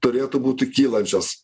turėtų būti kylančios